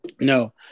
no